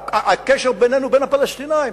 הקשר בינינו לבין הפלסטינים.